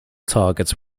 targets